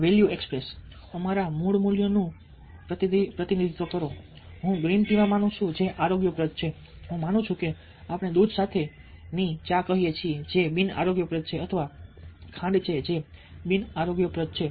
value express અમારા મૂળ મૂલ્યોનું પ્રતિનિધિત્વ કરો હું ગ્રીન ટીમાં માનું છું જે આરોગ્યપ્રદ છે હું માનું છું કે આપણે દૂધ સાથેની ચા કહીએ જે બિનઆરોગ્યપ્રદ છે અથવા ખાંડ જે બિનઆરોગ્યપ્રદ છે